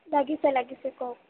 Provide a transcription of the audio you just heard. লাগিছে লাগিছে কওক